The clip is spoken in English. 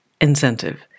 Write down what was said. incentive